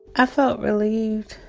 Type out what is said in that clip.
i felt relieved